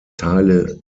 teile